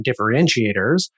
differentiators